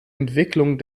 entwicklung